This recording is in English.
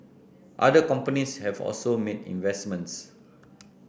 other companies have also made investments